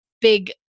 big